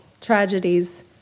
tragedies